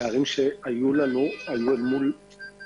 הפערים שהיו לנו היו עם מול